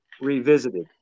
Revisited